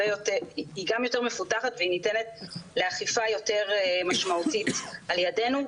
היא גם יותר מפותחת והיא ניתנת לאכיפה יותר משמעותית על ידינו,